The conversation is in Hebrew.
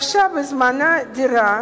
בזמנה, היא רכשה דירה